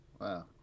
Wow